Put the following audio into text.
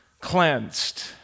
cleansed